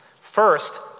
First